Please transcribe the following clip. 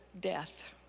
death